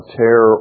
tear